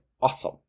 awesome